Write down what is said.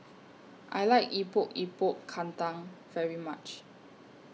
I like Epok Epok Kentang very much